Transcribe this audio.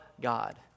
god